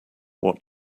what